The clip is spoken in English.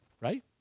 right